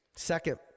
Second